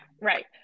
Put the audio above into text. right